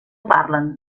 parlen